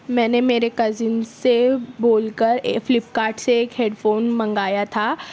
میں نے میرے کزن سے بول کر فلپ کارٹ سے ایک ہیڈ فون منگایا تھا